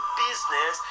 business